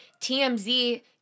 TMZ